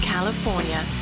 California